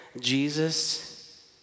Jesus